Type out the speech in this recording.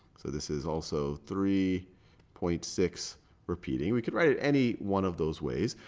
so this is also three point six repeating. we could write it any one of those ways.